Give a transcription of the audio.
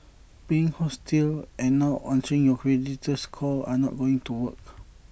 being hostile and not answering your creditor's call are not going to work